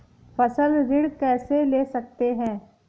फसल ऋण कैसे ले सकते हैं?